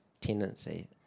tendency